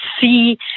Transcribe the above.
see